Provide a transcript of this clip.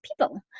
people